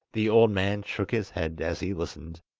the old man shook his head as he listened,